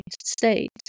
state